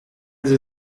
sie